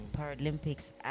paralympics